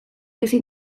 ezin